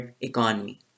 economy